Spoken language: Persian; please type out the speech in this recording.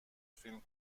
فیلم